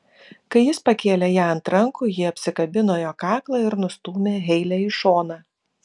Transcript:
kai jis pakėlė ją ant rankų ji apsikabino jo kaklą ir nustūmė heilę į šoną